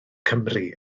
cymru